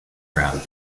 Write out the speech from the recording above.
ground